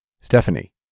Stephanie